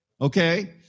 Okay